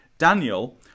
Daniel